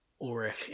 Ulrich